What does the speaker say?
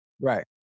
Right